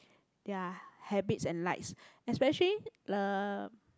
their habits and likes especially uh